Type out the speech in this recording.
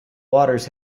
waters